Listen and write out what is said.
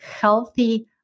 healthy